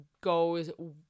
goes